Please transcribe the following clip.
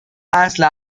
اصلا